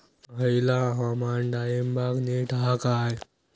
हयला हवामान डाळींबाक नीट हा काय?